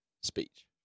speech